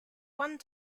one